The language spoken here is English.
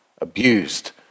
abused